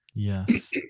Yes